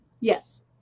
Yes